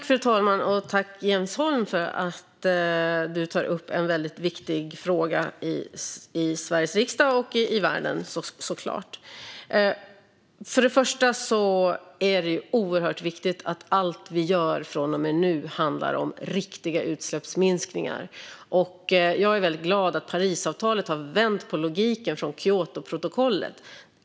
Fru talman! Tack, Jens Holm, för att du tar upp en väldigt viktig fråga i Sveriges riksdag och i världen! Först och främst är det oerhört viktigt att allt vi gör från och med nu handlar om riktiga utsläppsminskningar. Jag är väldigt glad över att Parisavtalet har vänt på logiken från Kyotoprotokollet.